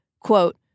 quote